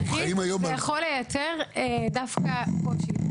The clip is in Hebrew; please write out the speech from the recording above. חיים היום על --- זה יכול לייצר דווקא קושי.